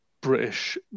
british